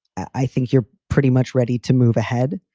i think you're pretty much ready to move ahead.